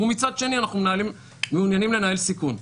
ומצד שני אנחנו מעוניינים לנהל סיכון.